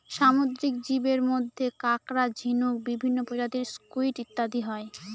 সামুদ্রিক জীবের মধ্যে কাঁকড়া, ঝিনুক, বিভিন্ন প্রজাতির স্কুইড ইত্যাদি হয়